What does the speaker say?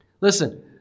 Listen